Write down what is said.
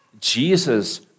Jesus